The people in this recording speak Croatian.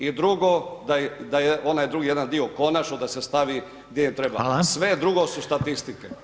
I drugo da je onaj drugi jedan dio konačno da se stavi gdje im treba, sve drugo su statistike.